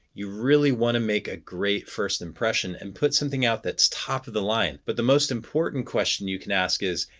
you really want to make a great first impression and put something out that's top of the line. but the most important question you can ask is,